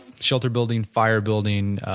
shelter building, fire building,